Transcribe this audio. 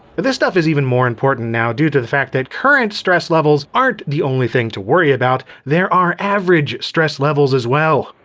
but this stuff is even more important now due to the fact that current stress levels aren't the only thing to worry about, there are average stress levels as well.